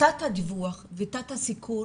תת הדיווח ותת הסיקור